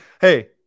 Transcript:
Hey